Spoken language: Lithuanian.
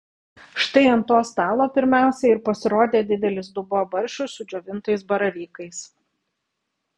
štai ant to stalo pirmiausia ir pasirodė didelis dubuo barščių su džiovintais baravykais